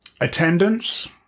attendance